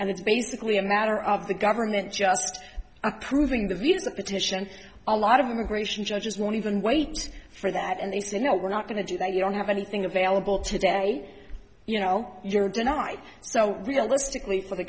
and it's basically a matter of the government just approving the view's the petition a lot of immigration judges won't even wait for that and they say no we're not going to do that you don't have anything available today you know you're denied so realistically for the